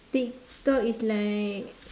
tik tok is like